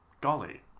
Golly